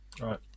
Right